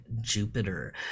Jupiter